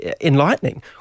enlightening